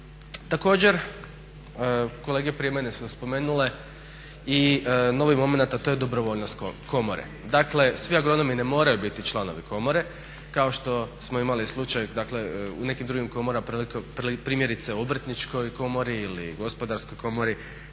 Također kolege prije mene su spomenule i novi momenat a to je dobrovoljnost komore. Dakle svi agronomi ne moraju biti članovi komore, kao što smo imali slučaj dakle u nekim drugim komorama primjerice Obrtničkoj komori ili Gospodarskoj komori,